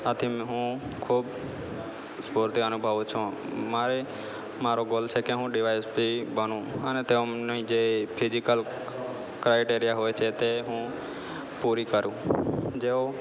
આથી હું ખૂબ સ્ફૂર્તિ અનુભવું છું મારે મારો ગોલ છે કે હું ડિવાયએસપી બનું અને તેમની જે ફિઝિકલ ક્રાઇટેરિયા હોય છે તે હું પૂરી કરું જેઓ